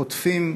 חוטפים,